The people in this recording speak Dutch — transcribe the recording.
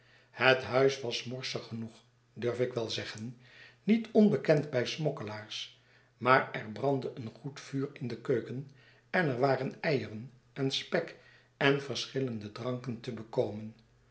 het huis was morsig genoeg en durf ik wel zeggen niet onbekend bij smokkelaars maar er brandde een goed vuur in de keuken en er waren eieren en spek en verschillende dranken te bekomen